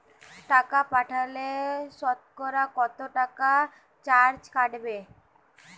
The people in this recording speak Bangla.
টাকা পাঠালে সতকরা কত টাকা চার্জ কাটবে?